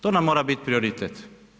To nam mora biti prioritet.